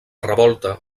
revolta